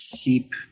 keep